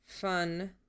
Fun